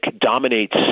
dominates